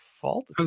fault